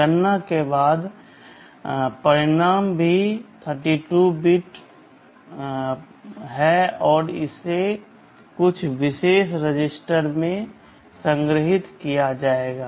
गणना के बाद का परिणाम भी 32 बिट परिणाम है और इसे कुछ विशेष रजिस्टर में संग्रहीत किया जाएगा